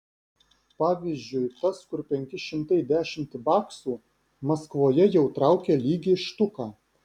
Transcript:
pavyzdžiui tas kur penki šimtai dešimt baksų maskvoje jau traukia lygiai štuką